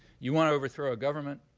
you want to overthrow a government,